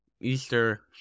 Easter